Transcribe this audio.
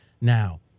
Now